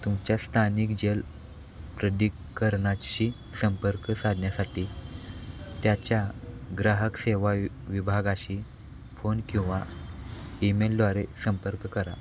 तुमच्या स्थानिक जल प्राधिकरणाशी संपर्क साधण्यासाठी त्याच्या ग्राहक सेवा विभागाशी फोन किंवा ईमेलद्वारे संपर्क करा